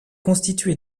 constitué